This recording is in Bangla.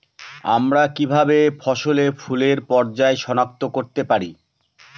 আমরা কিভাবে ফসলে ফুলের পর্যায় সনাক্ত করতে পারি?